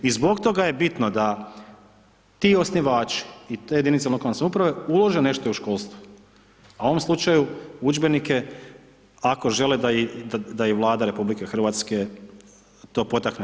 I zbog toga je bitno da ti osnivači i te jedinice lokalne samouprave ulože nešto i u školstvo, a u ovom slučaju udžbenike ako žele da i, da i Vlada RH to potakne.